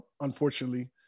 unfortunately